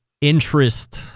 interest